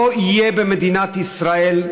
לא יהיה במדינת ישראל,